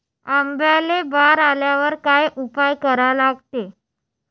आंब्याले बार आल्यावर काय उपाव करा लागते?